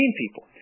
people